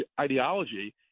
ideology